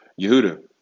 Yehuda